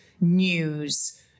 news